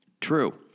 true